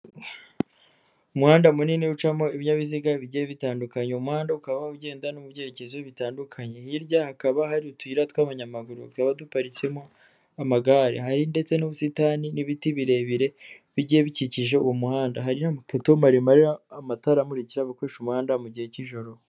Umuhanda munini ucamo ibinyabiziga bigiye bitandukanye, uwo muhanda ukaba ugenda no mu byerekezo bitandukanye, hirya hakaba hari utuyira tw'abanyamaguru, tukaba duparitsemo amagare, hari ndetse n'ubusitani n'ibiti birebire bigiye bikikije uwo muhandato, hari n'amapoto maremare ariho amatara amurikira abakoresha umuhanda mu gihe cy'ijoro.